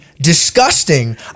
disgusting